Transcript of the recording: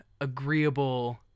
agreeable